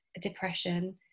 depression